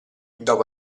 dopo